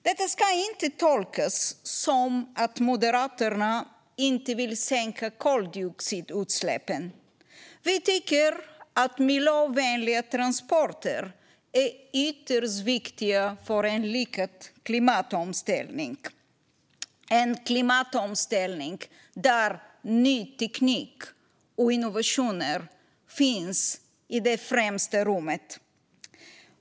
Detta ska inte tolkas som att Moderaterna inte vill sänka koldioxidutsläppen. Vi tycker att miljövänliga transporter är ytterst viktiga för en lyckad klimatomställning - en klimatomställning där ny teknik och innovationer finns i första rummet.